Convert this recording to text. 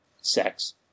sex